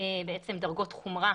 דרגות חומרה